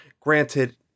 granted